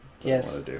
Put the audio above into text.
Yes